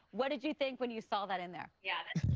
what did you think when you saw that in there? yeah,